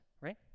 right